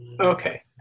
Okay